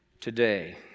today